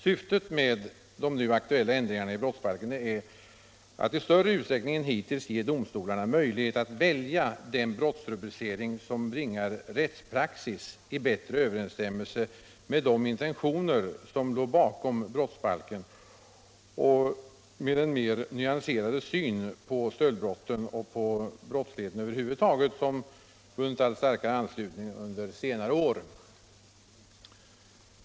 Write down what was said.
Syftet med de nu aktuella ändringarna i brottsbalken är att i större utsträckning än hittills ge domstolarna möjlighet att välja den brottsrubricering som bringar rättspraxis i bättre överensstämmelse med de intentioner som låg bakom brottsbalken och med den mer nyanserade syn på stöldbrotten och på brottsligheten över huvud taget som vunnit allt starkare anslutning under senare år.